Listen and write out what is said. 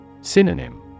Synonym